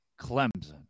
Clemson